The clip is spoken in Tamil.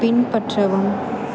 பின்பற்றவும்